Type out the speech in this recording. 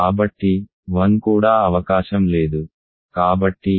కాబట్టి 1 కూడా అవకాశం లేదు